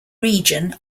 region